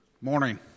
Morning